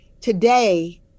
today